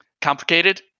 complicated